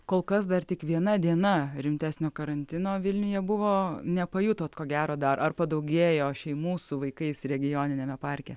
kol kas dar tik viena diena rimtesnio karantino vilniuje buvo nepajutot ko gero dar ar padaugėjo šeimų su vaikais regioniniame parke